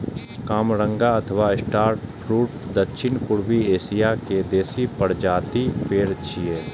कामरंगा अथवा star fruit दक्षिण पूर्वी एशिया के देसी प्रजातिक पेड़ छियै